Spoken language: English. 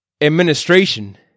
administration